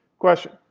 question?